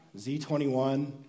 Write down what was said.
Z21